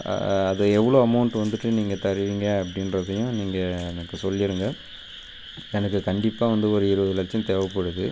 அது எவ்வளோ அமௌண்ட்டு வந்துவிட்டு நீங்கள் தருவீங்க அப்படின்றதையும் நீங்கள் எனக்கு சொல்லிடுங்க எனக்குக் கண்டிப்பாக வந்து ஒரு இருபது லட்சம் தேவைப்படுது